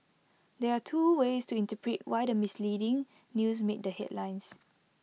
there are two ways to interpret why the misleading news made the headlines